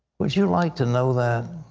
would you like to know that?